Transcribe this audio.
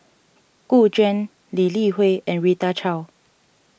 Gu Juan Lee Li Hui and Rita Chao